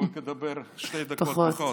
הוא ידבר שתי דקות פחות.